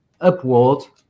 upwards